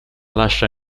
lascia